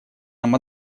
нам